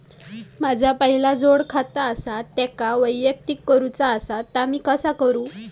माझा पहिला जोडखाता आसा त्याका वैयक्तिक करूचा असा ता मी कसा करू?